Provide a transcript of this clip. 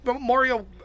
Mario